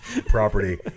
property